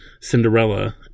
Cinderella